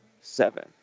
seven